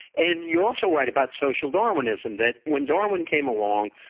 and you're also right about social darwinism, that when darwin came along,